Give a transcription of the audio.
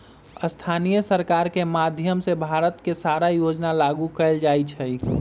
स्थानीय सरकार के माधयम से भारत के सारा योजना लागू कएल जाई छई